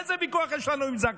איזה ויכוח יש לנו עם זק"א?